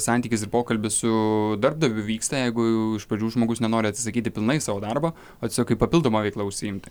santykis ir pokalbis su darbdaviu vyksta jeigu iš pradžių žmogus nenori atsisakyti pilnai savo darbo o tiesiog kaip papildoma veikla užsiimti